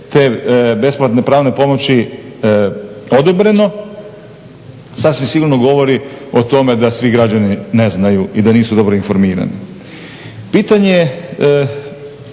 te besplatne pravne pomoći odobreno sasvim sigurno govori o tome da svi građani ne znaju i da nisu dobro informirani. Pitanje,